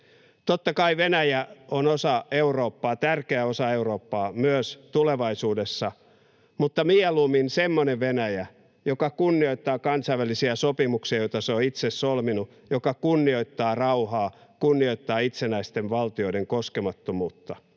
Totta kai Venäjä on osa Eurooppaa, tärkeä osa Eurooppaa, myös tulevaisuudessa, mutta mieluummin semmoinen Venäjä, joka kunnioittaa kansainvälisiä sopimuksia, joita se on itse solminut, kunnioittaa rauhaa ja kunnioittaa itsenäisten valtioiden koskemattomuutta.